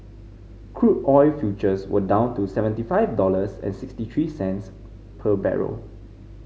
crude oil futures were down to seventy five dollars and sixty three cents per barrel